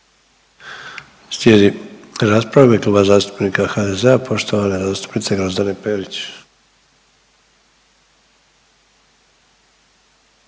Slijedi rasprava u ime Kluba zastupnika HDZ-a poštovane zastupnice Grozdane Perić.